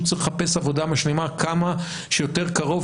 צריך לחפש עבודה משלימה כמה שיותר קרוב,